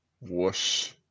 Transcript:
Whoosh